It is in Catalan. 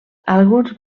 alguns